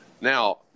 Now